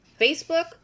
Facebook